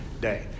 day